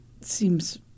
seems